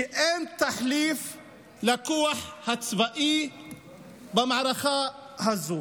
שאין תחליף לכוח הצבאי במערכה הזאת.